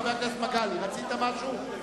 רצית משהו?